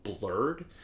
blurred